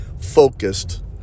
focused